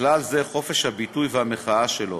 ובכלל זה חופש הביטוי והמחאה שלו.